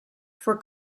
for